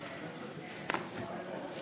רחל עזריה.